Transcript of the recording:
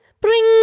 Bring